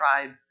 tribe